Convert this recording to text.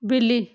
बिली